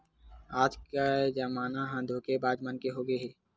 आज के जमाना ह धोखेबाज मन के होगे हे